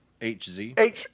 HZ